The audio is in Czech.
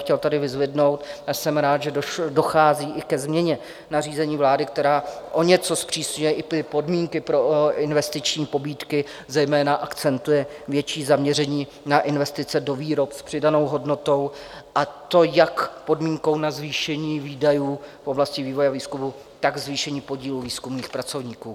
Chtěl bych tady vyzdvihnout, že jsem rád, že dochází i ke změně nařízení vlády, která o něco zpřísňuje podmínky pro investiční pobídky, zejména akcentuje větší zaměření na investice do výrob s přidanou hodnotou, a to jak podmínkou na zvýšení výdajů v oblasti vývoje a výzkumu, tak zvýšení podílu výzkumných pracovníků.